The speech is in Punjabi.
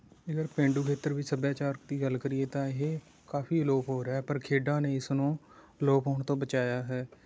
ਜੇਕਰ ਪੇਂਡੂ ਖੇਤਰ ਵਿੱਚ ਸੱਭਿਆਚਾਰ ਦੀ ਗੱਲ ਕਰੀਏ ਤਾਂ ਇਹ ਕਾਫ਼ੀ ਅਲੋਪ ਹੋ ਰਿਹਾ ਹੈ ਪਰ ਖੇਡਾਂ ਨੇ ਇਸ ਨੂੰ ਅਲੋਪ ਹੋਣ ਤੋਂ ਬਚਾਇਆ ਹੈ